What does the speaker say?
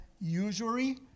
usury